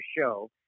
show